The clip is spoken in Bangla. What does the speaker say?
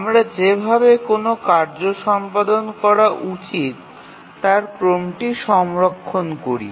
আমরা যে ভাবে কোন কার্য সম্পাদন করা উচিত তার ক্রমটি সংরক্ষণ করি